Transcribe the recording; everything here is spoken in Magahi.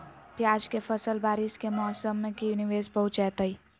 प्याज के फसल बारिस के मौसम में की निवेस पहुचैताई?